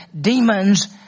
demons